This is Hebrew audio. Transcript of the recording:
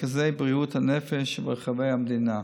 במרכזי בריאות הנפש ברחבי המדינה.